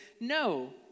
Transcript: no